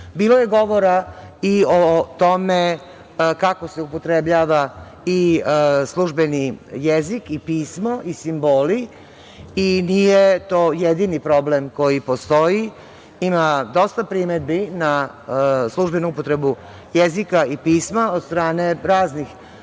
je govora i o tome kako se upotrebljava i službeni jezik i pismo i simboli i nije to jedini problem koji postoji ima dosta primedbi na službenu upotrebu jezika i pisma od strane